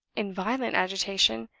in violent agitation.